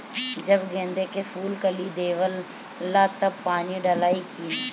जब गेंदे के फुल कली देवेला तब पानी डालाई कि न?